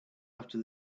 after